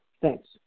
Thanks